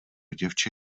děvče